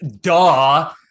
duh